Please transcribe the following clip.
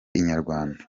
inyarwanda